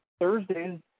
Thursdays